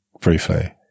briefly